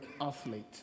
athlete